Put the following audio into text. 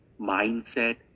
mindset